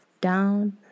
down